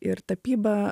ir tapyba